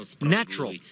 natural